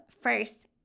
first